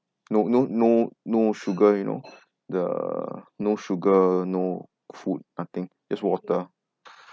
no no no no sugar you know the no sugar no food nothing just water